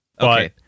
Okay